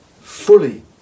fully